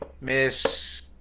Miss